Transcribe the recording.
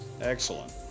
Excellent